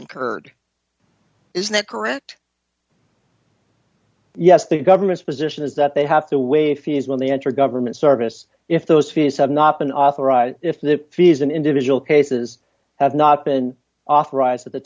incurred is that correct yes the government's position is that they have to wait fees when they enter government service if those fees have not been authorized if the fees in individual cases have not been authorized at the